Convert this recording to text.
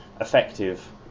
effective